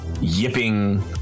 yipping